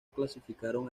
clasificaron